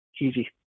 Easy